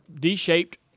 D-shaped